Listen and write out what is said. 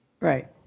Right